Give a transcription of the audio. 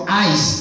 eyes